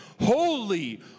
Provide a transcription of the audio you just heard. Holy